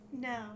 No